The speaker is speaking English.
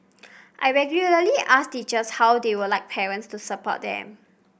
I regularly ask teachers how they would like parents to support them